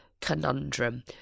conundrum